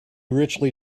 richly